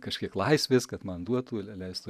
kažkiek laisvės kad man duotų lei leistų